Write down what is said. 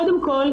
קודם כל,